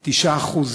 9%,